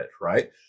Right